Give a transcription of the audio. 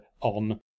on